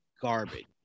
garbage